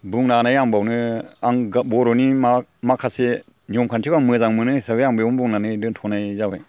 बुंनानै आं बावनो आं बर'नि माखासे नियम खान्थिखौ मोजां मोनो हिसाबै आङो बेयावनो बुंनानै दोन्थ'नाय जाबाय